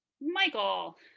Michael